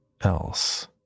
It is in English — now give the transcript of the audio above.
else